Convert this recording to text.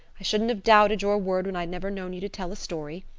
i shouldn't have doubted your word when i'd never known you to tell a story.